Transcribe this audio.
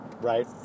right